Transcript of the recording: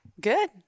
Good